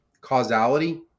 causality